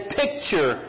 picture